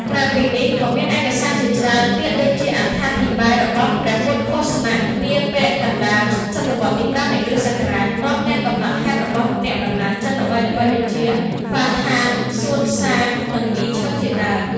ក្រៅពីនេះ ក៏មានឯកសារជាច្រើនទៀតដូចជាអត្ថាធិប្បាយរបស់ ព្រះពុទ្ធឃោសៈ នាពាក់កណ្តាលសតវត្សរ៍ទី ៥ នៃគ.ស. ព្រមទាំងកំណត់ហេតុរបស់អ្នកដំណើរចិនល្បីៗដូចជា ហ្វាហាន សួនសាង និង អ៊ីឈឹង ជាដើម។